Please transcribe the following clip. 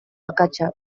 akatsa